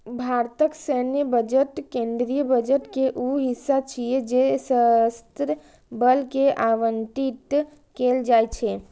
भारतक सैन्य बजट केंद्रीय बजट के ऊ हिस्सा छियै जे सशस्त्र बल कें आवंटित कैल जाइ छै